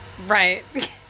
Right